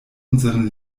unseren